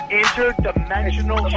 interdimensional